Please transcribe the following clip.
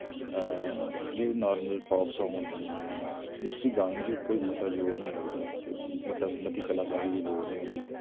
जेह्ड़े normally pop song होंदे न जियां उसी गाने च कोई मता जोर नी लगदा ते मती कलाकारी दी लोड़ नी होंदी